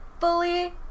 fully